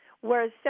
whereas